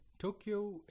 tokyo